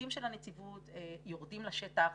נציגים של הנציבות יורדים לשטח,